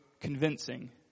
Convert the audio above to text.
convincing